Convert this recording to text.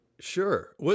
Sure